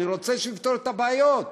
אני רוצה שהוא יפתור את הבעיות.